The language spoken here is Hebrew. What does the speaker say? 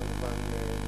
כמובן,